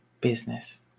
business